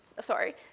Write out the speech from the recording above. sorry